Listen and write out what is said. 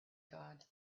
god